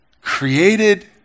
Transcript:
created